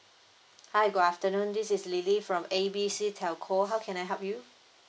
hi good afternoon this is lily from A B C telco how can I help you